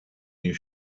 you